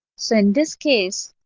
so in this case,